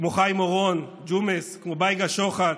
כמו חיים אורון, ג'ומס, כמו בייגה שוחט,